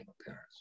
appearance